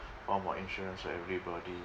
form of insurance for everybody